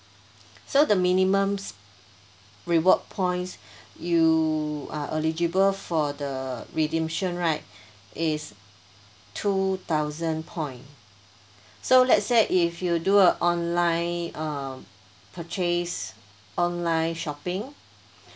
so the minimum sp~ reward points you are eligible for the redemption right is two thousand point so let's say if you do a online um purchase online shopping